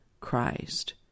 Christ